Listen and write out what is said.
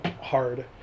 hard